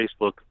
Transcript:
Facebook